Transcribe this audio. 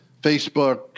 Facebook